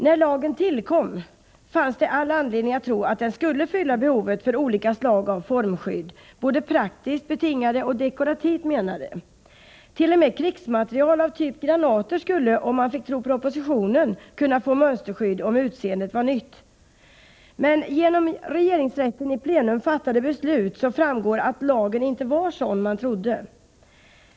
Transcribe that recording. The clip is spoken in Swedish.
När lagen tillkom, fanns det all anledning att tro att den skulle fylla behovet av olika slag av formskydd, både praktiskt betingade och dekorativt menade. T.o.m. krigsmateriel av typ granater skulle, om man fick tro propositionen, kunna få mönsterskydd, om utseendet var nytt. Genom regeringsrättens i plenum fattade beslut framgår dock att lagen inte var sådan man trodde.